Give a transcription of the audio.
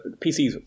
PCs